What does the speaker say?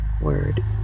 word